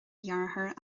dheartháir